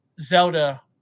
Zelda